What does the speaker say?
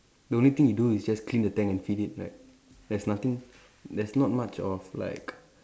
the only thing you do is just clean the tank and feed it right there's nothing that's not much of like